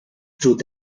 through